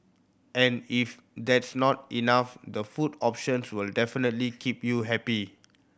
and if that's not enough the food options will definitely keep you happy